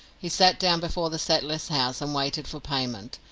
he sat down before the settler's house and waited for payment,